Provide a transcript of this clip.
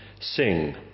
Sing